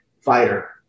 fighter